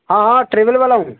ہاں ہاں ٹریول والا ہوں